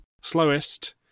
slowest